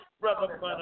brother